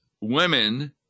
women